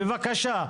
בבקשה.